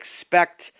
expect